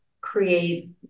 create